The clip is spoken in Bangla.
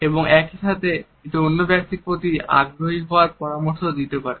এবং একইসাথে এটি অন্য ব্যক্তির প্রতি আগ্রহী হওয়ারও পরামর্শ দিতে পারে